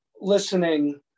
listening